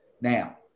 Now